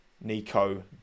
nico